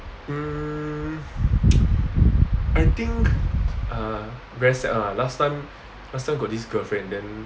hmm I think uh very sad lah last time last time got this girlfriend then